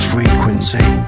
Frequency